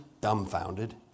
dumbfounded